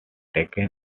taken